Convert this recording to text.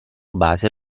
base